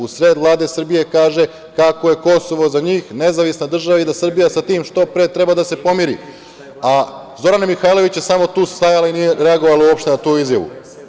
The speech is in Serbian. U sred Vlade Srbije kaže kako je Kosovo za njih nezavisna država i da Srbija sa tim što pre treba da se pomiri, a Zorana Mihajlović je samo tu stajala i nije reagovala uopšte na tu izjavu.